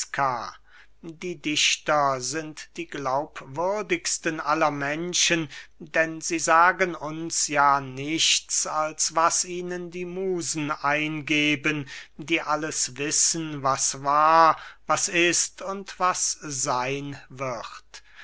die dichter sind die glaubwürdigsten aller menschen denn sie sagen uns ja nichts als was ihnen die musen eingeben die alles wissen was war was ist und was seyn wird